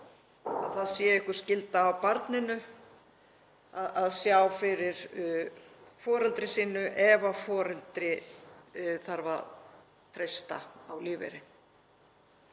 það sé einhver skylda á barninu að sjá fyrir foreldri sínu ef foreldri þarf að treysta á lífeyri.